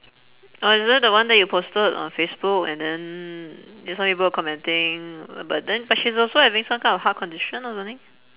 oh is that the one that you posted on facebook and then mm some people were commenting mm but then but she's also having some kind of heart condition or something